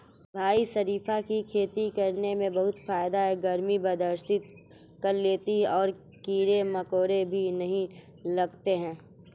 भाई शरीफा की खेती करने में बहुत फायदा है गर्मी बर्दाश्त कर लेती है और कीड़े मकोड़े भी नहीं लगते